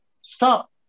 Stop